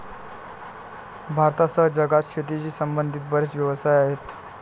भारतासह जगात शेतीशी संबंधित बरेच व्यवसाय आहेत